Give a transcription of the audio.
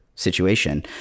situation